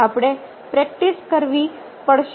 આપણે પ્રેક્ટિસ કરવી પડશે